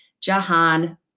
Jahan